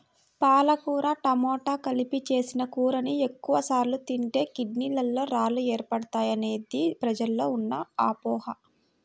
పాలకూర టమాట కలిపి చేసిన కూరని ఎక్కువ సార్లు తింటే కిడ్నీలలో రాళ్లు ఏర్పడతాయనేది ప్రజల్లో ఉన్న అపోహ